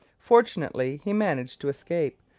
fortunately he managed to escape,